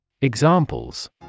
Examples